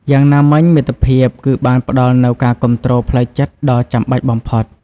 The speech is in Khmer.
យ៉ាងណាមិញមិត្តភាពគឺបានផ្ដល់នូវការគាំទ្រផ្លូវចិត្ត ដ៏ចាំបាច់បំផុត។